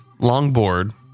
longboard